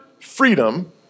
freedom